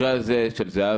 במקרה של זהבה,